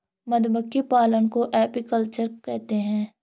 मधुमक्खी पालन को एपीकल्चर कहते है